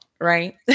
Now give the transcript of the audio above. right